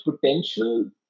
potential